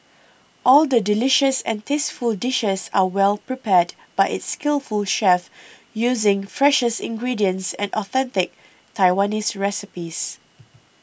all the delicious and tasteful dishes are well prepared by its skillful chefs using freshest ingredients and authentic Taiwanese recipes